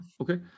okay